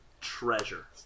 treasure